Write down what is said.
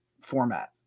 format